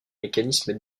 mécanisme